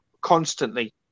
constantly